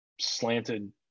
slanted